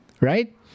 Right